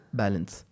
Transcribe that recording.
balance